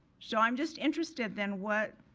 so i'm just interested then what